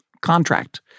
contract